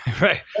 Right